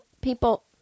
people